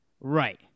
Right